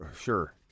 Sure